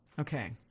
Okay